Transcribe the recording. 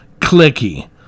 clicky